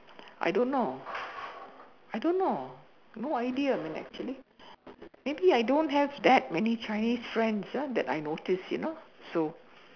I don't know I don't know no idea man actually maybe I don't have that many Chinese friends ah that I noticed you know so